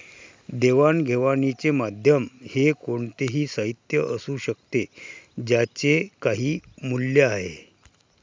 देवाणघेवाणीचे माध्यम हे कोणतेही साहित्य असू शकते ज्याचे काही मूल्य आहे